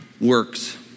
works